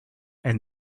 and